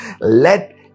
Let